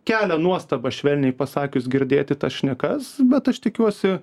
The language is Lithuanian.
kelia nuostabą švelniai pasakius girdėti tas šnekas bet aš tikiuosi